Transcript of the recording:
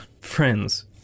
Friends